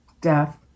death